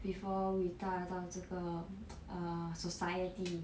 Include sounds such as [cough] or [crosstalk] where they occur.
before we 踏到这个 [noise] err society